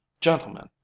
Gentlemen